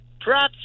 props